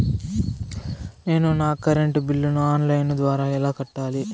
నేను నా కరెంటు బిల్లును ఆన్ లైను ద్వారా ఎలా కట్టాలి?